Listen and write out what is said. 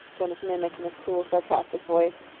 jonas mimicked in a cruel, sarcastic voice.